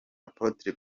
apotre